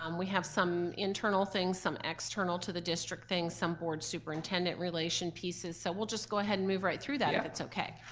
um we have some internal things, some external to the district things, some board superintendent relation pieces, so we'll just go ahead and move right through that if it's okay.